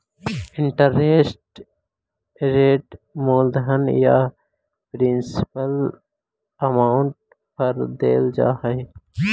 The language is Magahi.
इंटरेस्ट रेट मूलधन या प्रिंसिपल अमाउंट पर देल जा हई